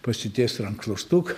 pasitiest rankšluostuk